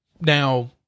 Now